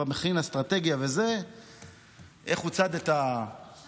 כבר מכין אסטרטגיה איך הוא צד את הארנבון.